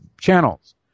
Channels